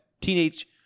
teenage